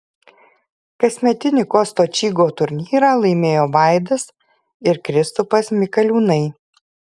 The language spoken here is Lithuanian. kasmetinį kosto čygo turnyrą laimėjo vaidas ir kristupas mikaliūnai